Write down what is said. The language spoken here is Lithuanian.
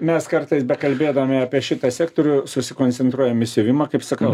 mes kartais bekalbėdami apie šitą sektorių susikoncentruojame į siuvimą kaip sakau